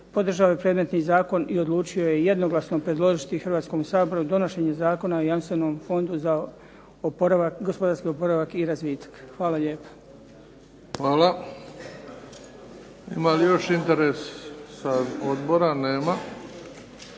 podržao je predmetni zakon i odlučio je jednoglasno predložiti Hrvatskom saboru donošenje Zakona o jamstvenom fondu za gospodarski oporavak i razvitak. Hvala lijepa. **Bebić, Luka (HDZ)** Hvala. Ima li još interes odbora? Nema.